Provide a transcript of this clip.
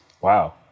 Wow